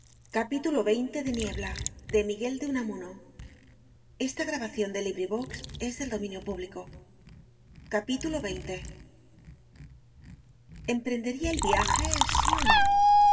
sonámbulo xx emprendería el viaje sí o no